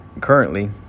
currently